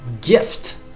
gift